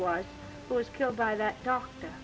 who was killed by that doctor